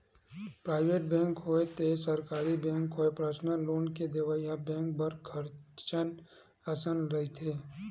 private bank होवय ते सरकारी बेंक होवय परसनल लोन के देवइ ह बेंक बर खतरच असन रहिथे